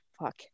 fuck